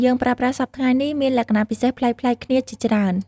ភាសាខ្មែរដែលយើងប្រើប្រាស់សព្វថ្ងៃនេះមានលក្ខណៈពិសេសប្លែកៗគ្នាជាច្រើន។